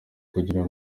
kugira